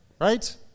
right